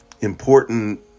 important